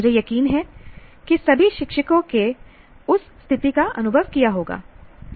मुझे यकीन है कि सभी शिक्षकों ने उस स्थिति का अनुभव किया होगा